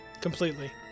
Completely